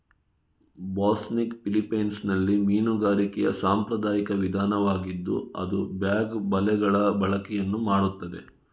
ಬಾಸ್ನಿಗ್ ಫಿಲಿಪೈನ್ಸಿನಲ್ಲಿ ಮೀನುಗಾರಿಕೆಯ ಸಾಂಪ್ರದಾಯಿಕ ವಿಧಾನವಾಗಿದ್ದು ಅದು ಬ್ಯಾಗ್ ಬಲೆಗಳ ಬಳಕೆಯನ್ನು ಮಾಡುತ್ತದೆ